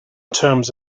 terms